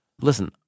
listen